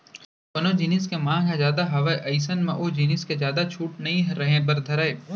कोनो जिनिस के मांग ह जादा हावय अइसन म ओ जिनिस के जादा छूट नइ रहें बर धरय